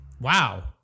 Wow